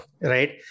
Right